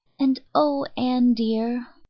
and oh, anne dear,